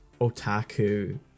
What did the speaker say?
otaku